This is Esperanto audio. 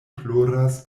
ploras